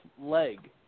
leg